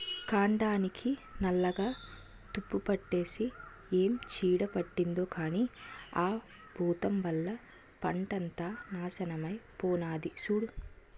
కాండానికి నల్లగా తుప్పుపట్టేసి ఏం చీడ పట్టిందో కానీ ఆ బూతం వల్ల పంటంతా నాశనమై పోనాది సూడూ